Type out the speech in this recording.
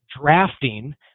drafting